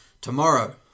Tomorrow